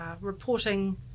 reporting